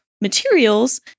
materials